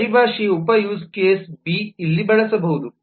ಪರಿಭಾಷೆಯ ಉಪ use case B ಇಲ್ಲಿ ಬಳಸಬಹುದು